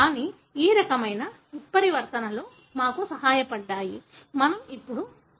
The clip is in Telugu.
కానీ ఈ రకమైన ఉత్పరివర్తనలు మాకు సహాయపడ్డాయి మనం ఇప్పుడు పాలను జీర్ణం చేసుకోవచ్చు